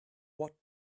what